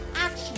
action